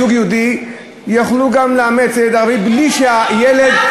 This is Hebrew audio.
זוג יהודי יוכלו גם לאמץ בלי שהילד,